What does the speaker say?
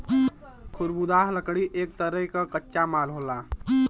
खरबुदाह लकड़ी एक तरे क कच्चा माल होला